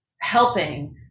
helping